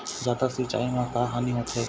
जादा सिचाई म का हानी होथे?